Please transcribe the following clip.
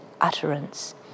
utterance